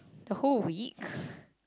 the whole week